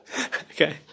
Okay